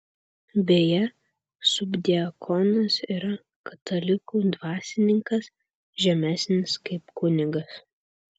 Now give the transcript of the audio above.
beje subdiakonas yra katalikų dvasininkas žemesnis kaip kunigas